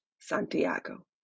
Santiago